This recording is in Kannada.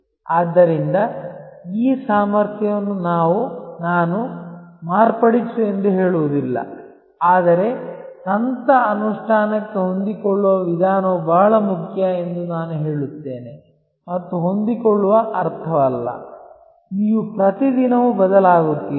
ಆದ್ದರಿಂದ ಈ ಸಾಮರ್ಥ್ಯವನ್ನು ನಾನು ಮಾರ್ಪಡಿಸು ಎಂದು ಹೇಳುವುದಿಲ್ಲ ಆದರೆ ತಂತ್ರ ಅನುಷ್ಠಾನಕ್ಕೆ ಹೊಂದಿಕೊಳ್ಳುವ ವಿಧಾನವು ಬಹಳ ಮುಖ್ಯ ಎಂದು ನಾನು ಹೇಳುತ್ತೇನೆ ಮತ್ತು ಹೊಂದಿಕೊಳ್ಳುವ ಅರ್ಥವಲ್ಲ ನೀವು ಪ್ರತಿ ದಿನವೂ ಬದಲಾಗುತ್ತೀರಿ